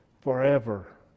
forever